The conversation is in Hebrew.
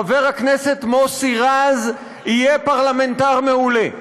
חבר הכנסת מוסי רז יהיה פרלמנטר מעולה,